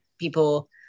people